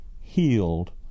healed